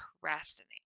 procrastinate